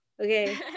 okay